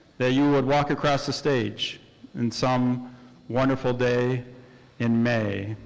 that you would walk across the stage in some wonderful day in may.